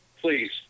Please